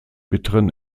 bitteren